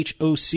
HOC